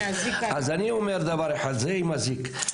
אז אני אומר דבר אחד זה עם אזיק,